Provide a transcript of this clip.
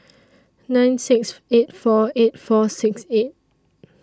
nine six eight four eight four six eight